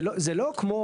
זה לא כמו,